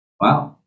wow